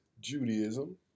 Judaism